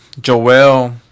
Joel